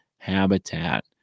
habitat